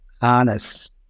harness